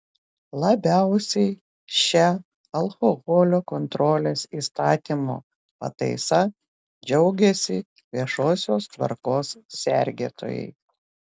labiausiai šia alkoholio kontrolės įstatymo pataisa džiaugiasi viešosios tvarkos sergėtojai